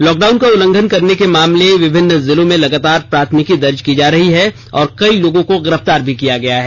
lockdown का उल्लंघन करने के मामले में विभिन्न जिलों में लगातार प्राथमिकी दर्ज की जा रही है और कई लोगों को गिरफ्तार भी किया गया है